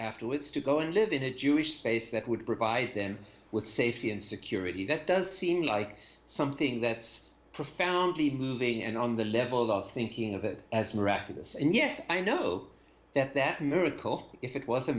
afterwards to go and live in a jewish space that would provide them with safety and security that does seem like something that's profoundly moving and on the level of thinking of it as miraculous and yet i know that that miracle if it was a